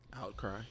Outcry